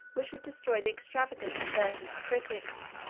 which would destroy the extravagant assertions of critics,